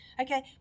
Okay